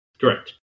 Correct